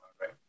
right